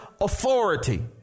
authority